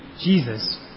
Jesus